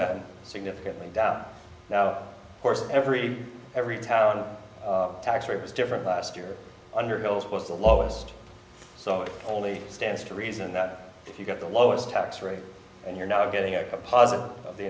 been significantly down now of course every every town tax rate was different last year under bill that was the lowest so it only stands to reason that if you got the lowest tax rate and you're now getting a composite of the